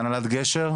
הנהלת גשר,